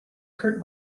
kurt